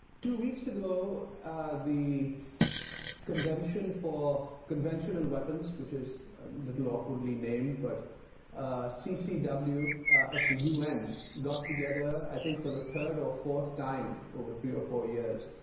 two weeks ago the convention for conventional weapons which is a little awkwardly-named, but ccw at the un got together, i think for the third or fourth time over three or four years.